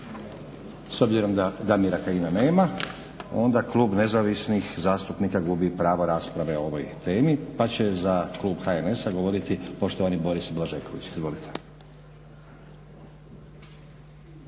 S obzirom da Damira Kajina nema onda klub Nezavisnih zastupnika gubi pravo rasprave o ovoj temi. Pa će za klub HNS-a govoriti poštovani Boris Blažeković. Izvolite.